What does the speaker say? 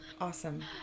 Awesome